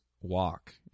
walk